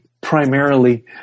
primarily